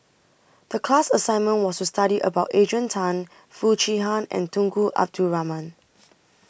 The class assignment was to study about Adrian Tan Foo Chee Han and Tunku Abdul Rahman